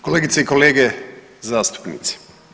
Kolegice i kolege zastupnici.